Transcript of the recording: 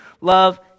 love